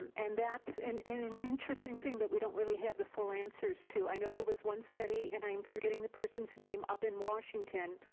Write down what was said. and that's and an interesting thing that we don't really have the full answers to. i know there was one study and i'm forgetting the person's name up in washington,